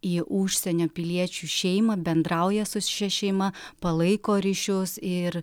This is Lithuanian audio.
į užsienio piliečių šeimą bendrauja su šia šeima palaiko ryšius ir